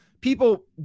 people